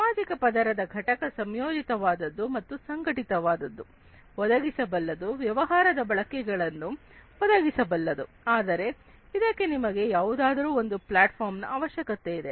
ಸಾಮಾಜಿಕ ಪದರದ ಘಟಕ ಸಂಯೋಜಿತ ವಾದದ್ದು ಮತ್ತು ಸಂಘಟಿತ ವಾದದ್ದು ಒದಗಿಸಬಲ್ಲದು ವ್ಯವಹಾರದ ಬಳಕೆಗಳನ್ನು ಒದಗಿಸಬಲ್ಲದು ಆದರೆ ಇದಕ್ಕೆ ನಿಮಗೆ ಯಾವುದಾದರೂ ಒಂದು ಪ್ಲಾಟ್ಫಾರ್ಮ್ ನ ಅವಶ್ಯಕತೆ ಇದೆ